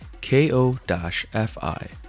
K-O-F-I